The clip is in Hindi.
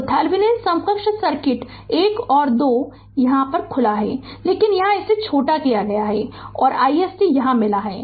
तो थेवेनिन समकक्ष सर्किट 1 और 2 में क्या खुला है लेकिन यहां इसे छोटा किया गया है और iSC मिला है